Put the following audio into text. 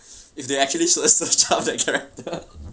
if they actually sur~ surcharge that character